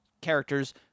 characters